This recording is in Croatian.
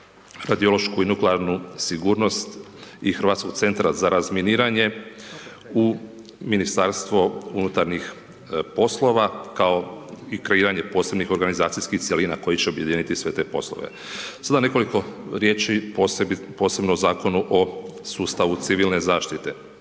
radiološku i nuklearnu sigurnost i Hrvatskog centra za razminiranje u Ministarstvo unutarnjih poslova kao i kreiranje posebnih organizacijskih cjelina koje će objediniti sve te poslove. Sada nekoliko riječi posebno o Zakonu o sustavu civilne zaštite.